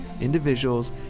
individuals